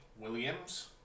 Williams